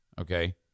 Okay